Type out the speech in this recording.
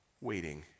waiting